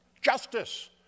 justice